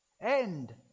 End